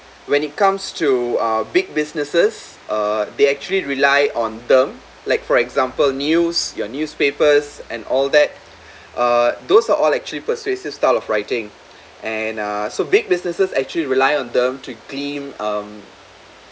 when it comes to uh big businesses uh they actually rely on them like for example news your newspapers and all that uh those are all actually persuasive style of writing and uh so big businesses actually rely on them to claim um